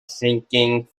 sinking